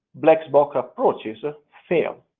black box approaches ah fail,